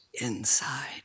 inside